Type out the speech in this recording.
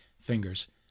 fingers